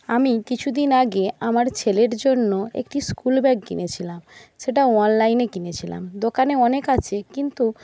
আমি কিছুদিন আগে আমার ছেলের জন্য একটি স্কুল ব্যাগ কিনেছিলাম সেটা অনলাইনে কিনেছিলাম দোকানে অনেক আছে কিন্তু